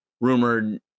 rumored